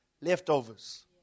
leftovers